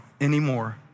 anymore